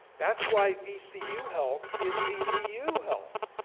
that's why vcu health is vcu health.